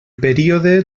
període